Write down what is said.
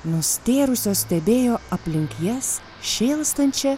nustėrusios stebėjo aplink jas šėlstančią